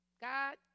God